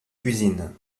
cuisine